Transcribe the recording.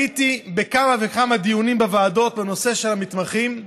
הייתי בכמה וכמה דיונים בוועדות בנושא המתמחים,